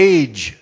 age